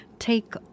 Take